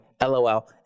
lol